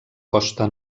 costa